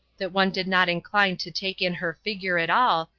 that one did not incline to take in her figure at all,